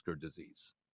disease